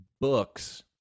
Books